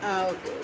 uh okay okay